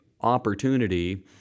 opportunity